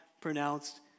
pronounced